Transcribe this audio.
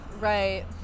right